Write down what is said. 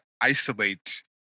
isolate